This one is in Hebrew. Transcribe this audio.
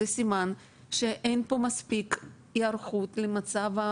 זה סימן שאין פה מספיק היערכות למצב.